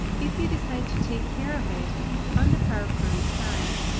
if you decide to take care of it on the power query side,